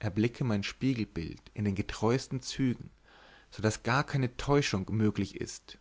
erblicke mein spiegelbild in den getreusten zügen so daß gar keine täuschung möglich ist